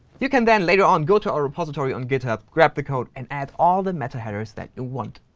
you can then, later on, go to our repository on github, grab the code, and add all the meta headers that you want.